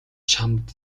чамд